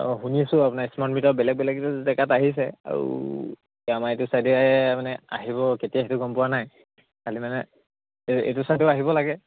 অঁ শুনিছোঁ আপোনাৰ স্মাৰ্টত বেলেগ বেলেগ জেগাত আহিছে আৰু আমাৰ এইটো চাইডে মানে আহিব কেতিয়া সেইটো গম পোৱা নাই খালি মানে এইটো চাইডেও আহিব লাগে